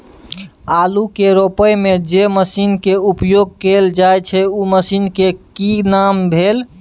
आलू के रोपय में जे मसीन के उपयोग कैल जाय छै उ मसीन के की नाम भेल?